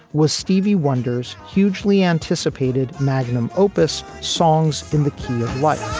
was stevie wonder's hugely anticipated magnum opus songs in the key of life